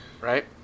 Right